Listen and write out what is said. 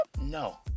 No